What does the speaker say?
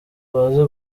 bazi